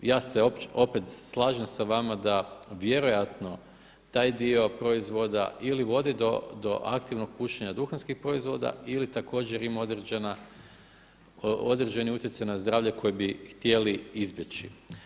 Ja se opet slažem sa vama da vjerojatno taj dio proizvoda ili vodi do aktivnog pušenja duhanskih proizvoda ili također ima određeni utjecaj na zdravlje koje bi htjeli izbjeći.